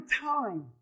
time